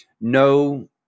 no